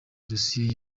idosiye